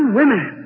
women